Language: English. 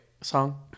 song